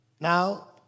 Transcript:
Now